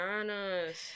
bananas